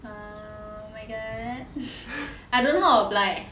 oh my god I don't know how to apply eh